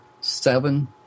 seven